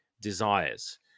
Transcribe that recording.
desires